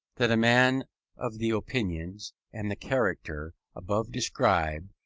that a man of the opinions, and the character, above described,